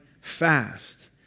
fast